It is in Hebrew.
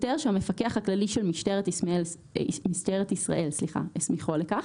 שוטר שהמפקח הכללי של משטרת ישראל הסמיכו לכך.